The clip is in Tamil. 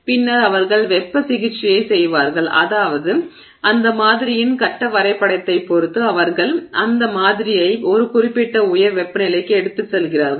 பின்னர் அவர்கள் வெப்ப சிகிச்சையைச் செய்வார்கள் அதாவது அந்த மாதிரியின் கட்ட வரைபடத்தைப் பொறுத்து அவர்கள் அந்த மாதிரியை ஒரு குறிப்பிட்ட உயர் வெப்பநிலைக்கு எடுத்துச் செல்கிறார்கள்